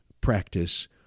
practice